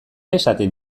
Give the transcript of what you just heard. esaten